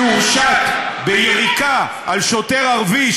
שהורשעת ביריקה על שוטר ערבי,